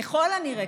ככל הנראה,